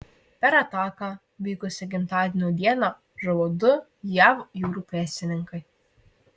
per ataką vykusią gimtadienio dieną žuvo du jav jūrų pėstininkai